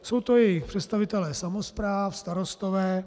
Jsou to jejich představitelé samospráv, starostové.